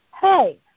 hey